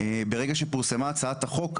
ברגע שפורסמה הצעת החוק,